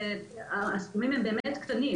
והסכומים הם באמת קטנים.